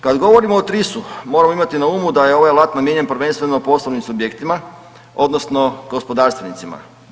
Kad govorimo o TRIS-u moramo imati na umu da je ovaj alat namijenjen prvenstveno poslovnim subjektima odnosno gospodarstvenicima.